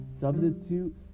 Substitute